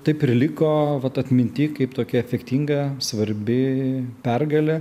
taip ir liko vat atminty kaip tokia efektinga svarbi pergalė